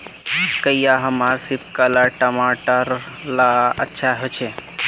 क्याँ हमार सिपकलर टमाटर ला अच्छा होछै?